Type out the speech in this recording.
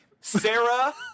Sarah